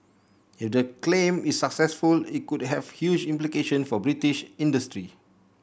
if the claim is successful it could have huge implication for British industry